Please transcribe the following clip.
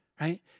right